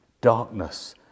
darkness